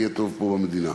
יהיה טוב פה במדינה.